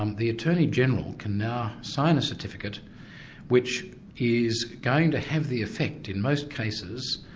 um the attorney-general can now sign a certificate which is going to have the effect, in most cases,